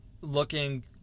looking